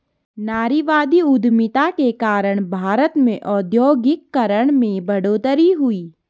नारीवादी उधमिता के कारण भारत में औद्योगिकरण में बढ़ोतरी हुई